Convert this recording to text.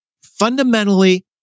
fundamentally